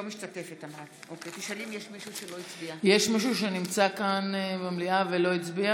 אינה משתתפת בהצבעה יש מישהו שנמצא כאן במליאה ולא הצביע